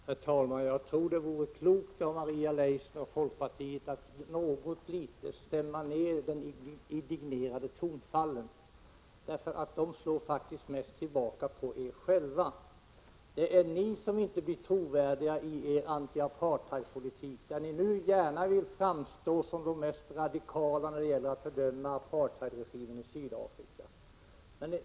Herr talman! Jag tror att det vore klokt av Maria Leissner och folkpartiet att något litet stämma ned den indignerade tonen. Det där slår faktiskt tillbaka på er själva. Det är ni som inte blir trovärdiga i er anti-apartheidspolitik. Ni vill nu gärna framstå som de mest radikala när det gäller att fördöma apartheidregimen i Sydafrika.